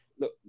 Look